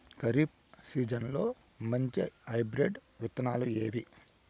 ఖరీఫ్ సీజన్లలో మంచి హైబ్రిడ్ విత్తనాలు ఏవి